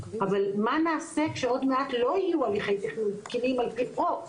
אבל מה נעשה כשעוד מעט לא יהיו הליכי תקנון תקינים על פי חוק,